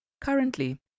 Currently